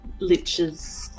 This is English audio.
liches